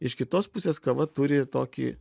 iš kitos pusės kava turi tokį